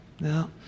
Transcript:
no